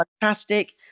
fantastic